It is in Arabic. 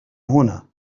هنا